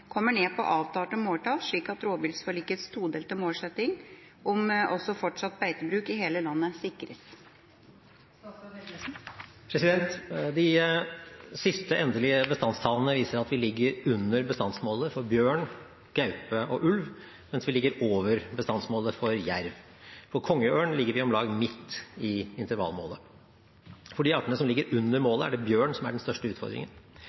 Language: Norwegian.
kommer ned på avtalte måltall slik at rovviltforlikets todelte målsetting om fortsatt beitebruk i hele landet sikres?» De siste endelige bestandstallene viser at vi ligger under bestandsmålet for bjørn, gaupe og ulv, mens vi ligger over bestandsmålet for jerv. For kongeørn ligger vi om lag midt i intervallmålet. For de artene som ligger under målet, er det bjørn som er den største utfordringen.